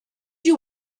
you